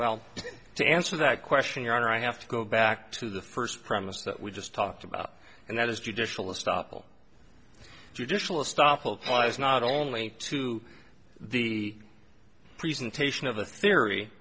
well to answer that question your honor i have to go back to the first premise that we just talked about and that is judicial stoppel judicial astop hope lies not only to the presentation of the theory